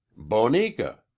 Bonica